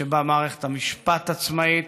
שבה מערכת המשפט עצמאית,